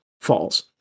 falls